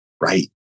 Right